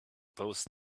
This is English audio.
both